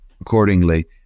Accordingly